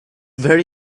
very